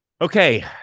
Okay